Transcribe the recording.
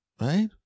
right